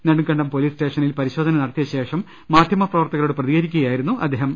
Nedumkandam police സ്റ്റേഷനിൽ പരിശോധന നടത്തിയ ശേഷം മാധ്യമപ്രവർത്തകരോട് പ്രതികരിക്കുകയായിരുന്നു അദ്ദേഹം